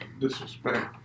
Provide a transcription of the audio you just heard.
disrespect